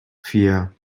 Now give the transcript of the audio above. vier